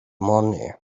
money